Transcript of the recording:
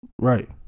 Right